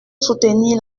soutenir